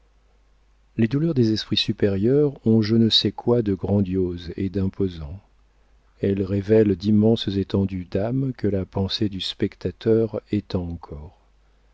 les douleurs des esprits supérieurs ont je ne sais quoi de grandiose et d'imposant elles révèlent d'immenses étendues d'âme que la pensée du spectateur étend encore